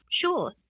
Sure